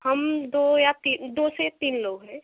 हम दो या ती दो से तीन लोग हैं